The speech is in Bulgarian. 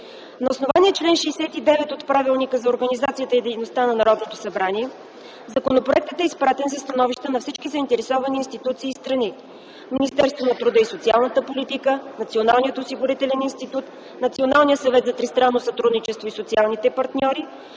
На основание чл. 69 от Правилника за организацията и дейността на Народното събрание законопроектът е изпратен за становище на всички заинтересовани институции и страни: Министерството на труда и социалната политика, Националния осигурителен институт, Националния съвет за тристранно сътрудничество и социалните партньори.